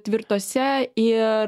tvirtose ir